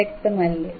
വ്യക്തമല്ലേ